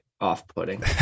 off-putting